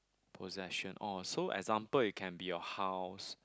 possession oh so example it can be your house